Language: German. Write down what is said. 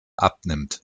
abnimmt